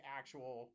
actual